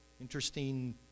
Interesting